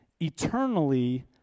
eternally